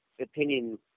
opinion